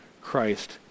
Christ